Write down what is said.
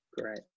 great